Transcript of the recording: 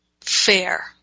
fair